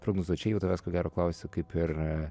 prognozuot čia jau tavęs ko gero klausiu kaip ir